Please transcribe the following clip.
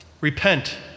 Repent